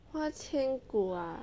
花千骨 ah